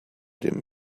dem